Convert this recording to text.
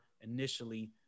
initially